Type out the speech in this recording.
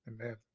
Amen